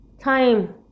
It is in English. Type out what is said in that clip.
time